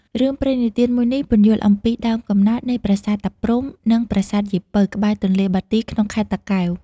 រឿងព្រេងនិទានមួយនេះ ពន្យល់អំពីដើមកំណើតនៃប្រាសាទតាព្រហ្ម និងប្រាសាទយាយពៅ ក្បែរទន្លេបាទី ក្នុងខេត្តតាកែវ។